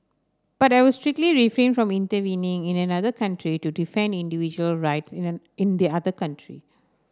but I would strictly refrain from intervening in another country to defend individual rights in a in the other country